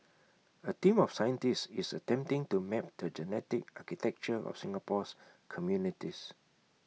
A team of scientists is attempting to map the genetic architecture of Singapore's communities